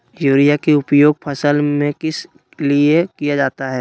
Urea के उपयोग फसल में किस लिए किया जाता है?